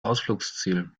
ausflugsziel